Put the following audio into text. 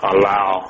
Allow